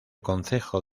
concejo